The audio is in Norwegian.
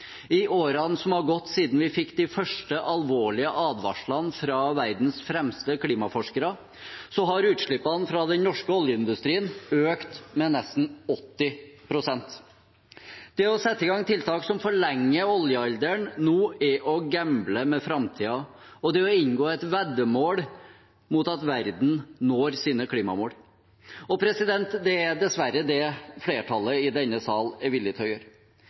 I årene som har gått siden vi fikk de første alvorlige advarslene fra verdens fremste klimaforskere, har utslippene fra den norske oljeindustrien økt med nesten 80 pst. Det å sette i gang tiltak nå som forlenger oljealderen, er å gamble med framtiden, og det er å inngå et veddemål mot at verden når sine klimamål. Det er dessverre det flertallet i denne sal er villig til å gjøre.